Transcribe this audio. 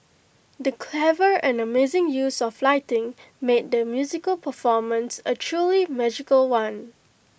the clever and amazing use of lighting made the musical performance A truly magical one